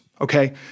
okay